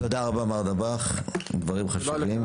מר דבאח, דברים חשובים.